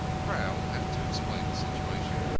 crowl had to explain the situation.